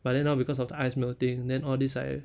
but then now because of the ice melting then all these like